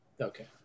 Okay